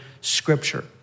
scripture